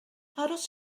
aros